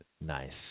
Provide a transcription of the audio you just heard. Nice